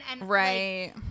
Right